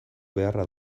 beharra